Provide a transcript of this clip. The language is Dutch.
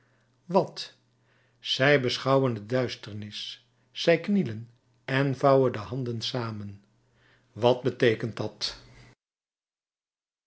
wat zij beschouwen de duisternis zij knielen en vouwen de handen samen wat beteekent dat